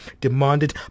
demanded